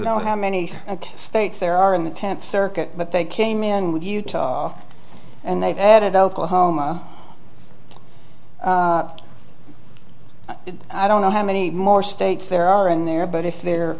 know how many states there are in the tenth circuit but they came in with utah and they've added oklahoma i don't know how many more states there are in there but if the